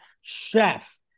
Chef